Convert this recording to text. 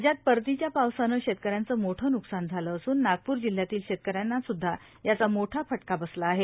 राज्यात परतीच्या पावसानं शेतकऱ्यांचं मोठं ब्रुकसान झालं असून नागपूर जिल्ह्यातील शेतकऱ्यांवासुद्धा याचा मोव फटका बसला आहे